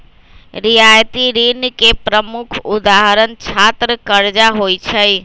रियायती ऋण के प्रमुख उदाहरण छात्र करजा होइ छइ